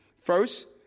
First